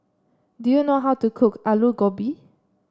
do you know how to cook Alu Gobi